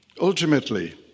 ultimately